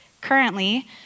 currently